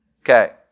Okay